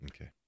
okay